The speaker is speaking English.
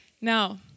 now